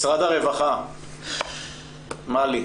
משרד הרווחה, מלי.